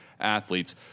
athletes